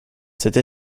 cette